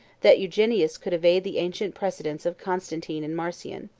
that eugenius could evade the ancient precedents of constantine and marcian.